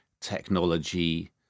technology